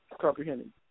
Comprehending